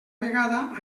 vegada